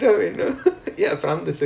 from the circuit